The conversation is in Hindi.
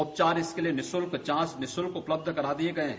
उपचार इसके लिये निःशुल्क जांच निःशुल्क उपलब्ध करा दिये गये हैं